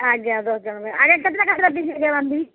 ଆଜ୍ଞା ଦଶ ଜଣଙ୍କ ପାଇଁ ଆଜ୍ଞା କେତେଟା କେତେଟା ପିସ୍ ଜରିରେ ବାନ୍ଧିବି